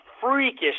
freakish